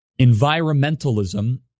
Environmentalism